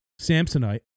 Samsonite